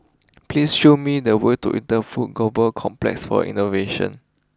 please show me the way to Interpol Global Complex for Innovation